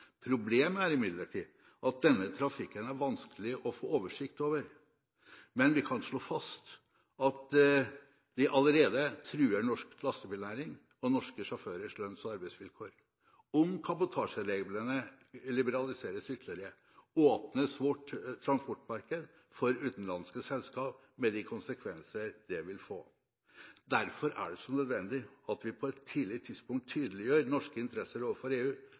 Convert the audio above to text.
Problemet er imidlertid at denne trafikken er vanskelig å få oversikt over, men vi kan slå fast at de allerede truer norsk lastebilnæring og norske sjåførers lønns- og arbeidsvilkår. Om kabotasjereglene liberaliseres ytterligere, åpnes vårt transportmarked for utenlandske selskap med de konsekvenser det vil få. Derfor er det så nødvendig at vi på et tidlig tidspunkt tydeliggjør norske interesser overfor EU,